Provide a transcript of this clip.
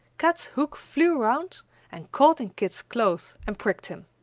kat's hook flew around and caught in kit's clothes and pricked him.